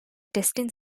testing